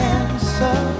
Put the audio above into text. answer